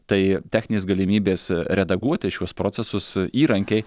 tai techninės galimybės redaguoti šiuos procesus įrankiai